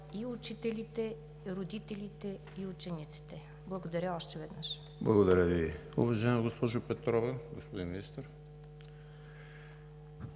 и учителите, и родителите и учениците. Благодаря още веднъж. ПРЕДСЕДАТЕЛ